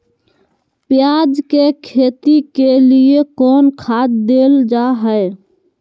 प्याज के खेती के लिए कौन खाद देल जा हाय?